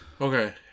okay